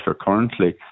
currently